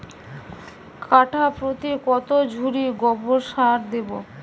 কাঠাপ্রতি কত ঝুড়ি গোবর সার দেবো?